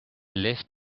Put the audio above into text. left